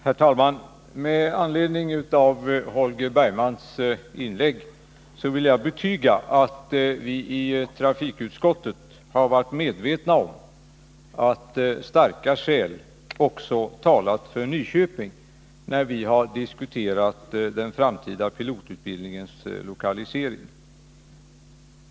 Herr talman! Med anledning av Holger Bergmans inlägg vill jag betyga att vi i trafikutskottet har varit medvetna om att starka skäl också har talat för Nyköping, när vi har diskuterat den framtida pilotutbildningens lokalisering.